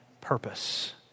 purpose